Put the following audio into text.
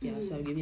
mm